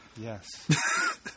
Yes